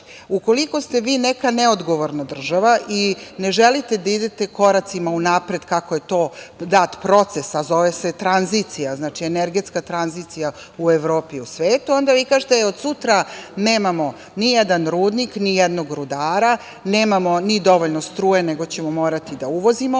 Ukoliko ste vi neka neodgovorna država i ne želite da idete koracima unapred, kako je to dat proces, a zove se tranzicija, znači, energetska tranzicija u Evropi i u svetu, onda vi kažete - od sutra nemamo nijedan rudnik, nijednog rudara, nemamo ni dovoljno struje, nego ćemo morati da uvozimo,